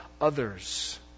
others